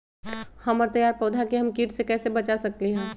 हमर तैयार पौधा के हम किट से कैसे बचा सकलि ह?